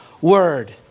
word